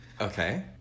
Okay